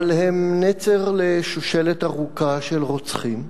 אבל נצר לשושלת ארוכה של רוצחים,